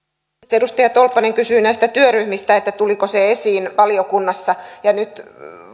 edustaja tolppanen kysyi näistä työryhmistä että tuliko se esiin valiokunnassa ja nyt